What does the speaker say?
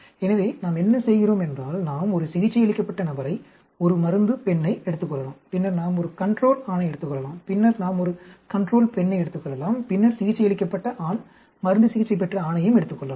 எனவே நாம் என்ன செய்கிறோம் என்றால் நாம் ஒரு சிகிச்சையளிக்கப்பட்ட நபரை ஒரு மருந்து பெண்ணை எடுத்துக் கொள்ளலாம் பின்னர் நாம் ஒரு கன்ட்ரோல் ஆணை எடுத்துக் கொள்ளலாம் பின்னர் நாம் ஒரு கன்ட்ரோல் பெண்ணை எடுத்துக் கொள்ளலாம் பின்னர் சிகிச்சையளிக்கப்பட்ட ஆண் மருந்து சிகிச்சை பெற்ற ஆணையும் எடுத்துக் கொள்ளலாம்